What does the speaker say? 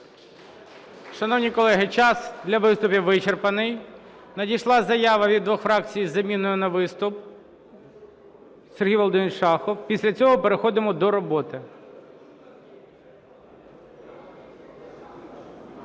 Шановні колеги, час для виступів вичерпаний. Надійшла заява від двох фракцій з заміною на виступ. Сергій Володимирович Шахов. Після цього переходимо до роботи.